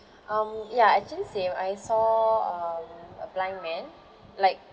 um ya actually same I saw um a blind man like